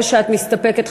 או שאת מסתפקת,